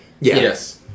Yes